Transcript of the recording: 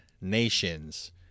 nations